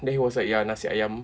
then he was like ya nasi ayam